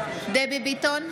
ביטון,